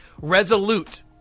Resolute